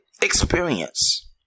experience